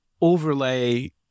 overlay